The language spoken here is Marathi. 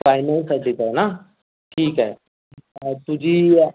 फायनलसाठीचा आहे ना ठीक आहे तुझी